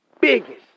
biggest